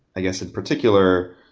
i guess, in particular,